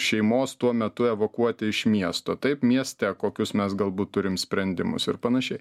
šeimos tuo metu evakuoti iš miesto taip mieste kokius mes galbūt turim sprendimus ir panašiai